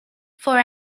for